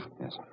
Yes